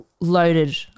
loaded